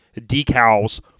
decals